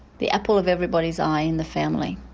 the apple of everybody's eye in the family.